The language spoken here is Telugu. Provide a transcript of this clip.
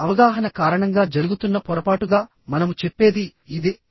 మీ అవగాహన కారణంగా జరుగుతున్న పొరపాటుగా మనము చెప్పేది ఇదే